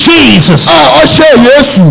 Jesus